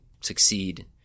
succeed